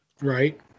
Right